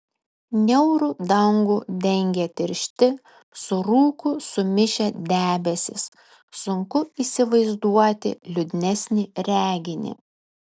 niaurų dangų dengė tiršti su rūku sumišę debesys sunku įsivaizduoti liūdnesnį reginį